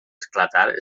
esclatar